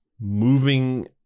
moving